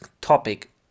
topic